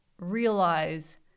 realize